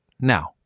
now